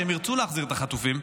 שהם ירצו להחזיר את החטופים,